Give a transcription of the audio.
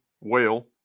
whale